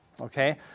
Okay